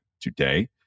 today